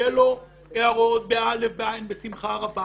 אם תהיינה הארות או הערות אז בשמחה רבה.